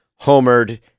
homered